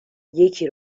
یکی